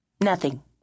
Nothing